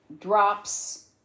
drops